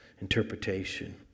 interpretation